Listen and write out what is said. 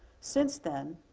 since then,